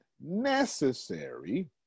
necessary